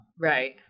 Right